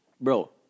Bro